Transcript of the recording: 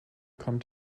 kommt